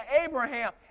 Abraham